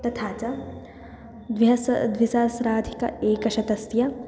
तथा च द्व्यसह् द्विसहस्राधिक एकशतस्य